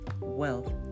wealth